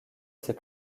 ses